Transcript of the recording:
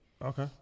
Okay